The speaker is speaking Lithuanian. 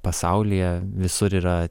pasaulyje visur yra